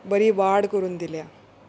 बरी वाड करून दिल्या